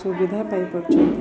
ସୁବିଧା ପାଇପାରୁଛନ୍ତି